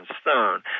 stone